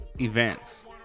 events